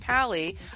pally